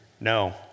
No